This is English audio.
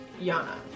Yana